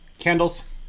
Candles